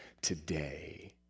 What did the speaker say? today